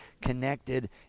connected